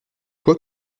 quoi